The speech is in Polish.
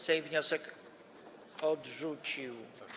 Sejm wniosek odrzucił.